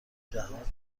جهات